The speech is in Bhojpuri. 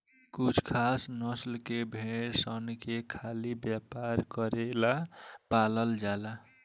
कुछ खास नस्ल के भेड़ सन के खाली व्यापार करेला पालल जाला